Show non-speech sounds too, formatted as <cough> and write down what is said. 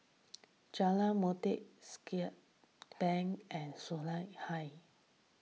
Jalan Motek Siglap Bank and <unintelligible> Hill